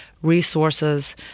resources